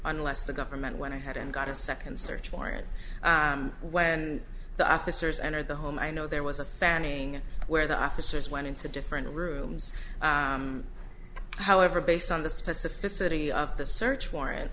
unless the government went ahead and got a second search warrant when the officers enter the home i know there was a fanning where the officers went into different rooms however based on the specificity of the search warrant